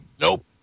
Nope